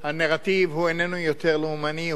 הנרטיב איננו יותר לאומני,